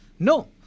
No